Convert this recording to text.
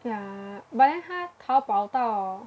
ya but then 他逃跑到